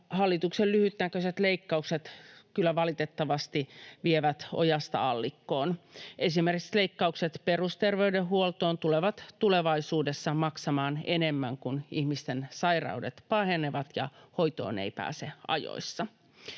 hallituksen lyhytnäköiset leikkaukset kyllä valitettavasti vievät ojasta allikkoon. Esimerkiksi leikkaukset perusterveydenhuoltoon tulevat tulevaisuudessa maksamaan enemmän, kun ihmisten sairaudet pahenevat ja hoitoon ei pääse ajoissa.